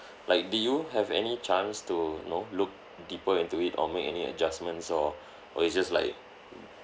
like did you have any chance to know look deeper into it or make any adjustments or or it's just like